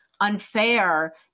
unfair